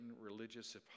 religious